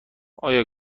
آیا